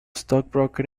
stockbroker